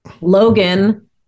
Logan